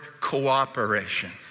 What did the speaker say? cooperation